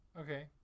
Okay